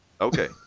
Okay